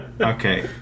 Okay